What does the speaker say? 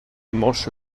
manche